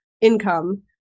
income